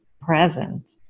present